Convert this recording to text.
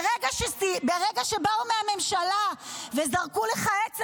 ברגע שבאו מהממשלה וזרקו לך עצם,